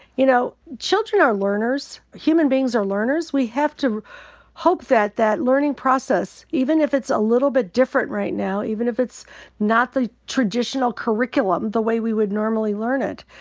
you know, children are learners. human beings are learners. we have to hope that that learning process, even if it's a little bit different right now, even if it's not the traditional curriculum the way we would normally learn it,